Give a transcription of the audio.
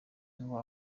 ngo